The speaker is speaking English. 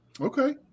Okay